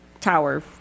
Tower